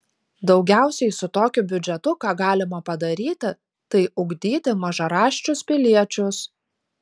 daugiausiai su tokiu biudžetu ką galima padaryti tai ugdyti mažaraščius piliečius